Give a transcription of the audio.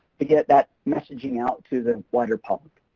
to get that messaging out to the wider public.